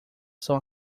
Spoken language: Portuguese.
são